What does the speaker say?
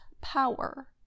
power